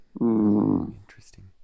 Interesting